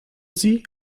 sie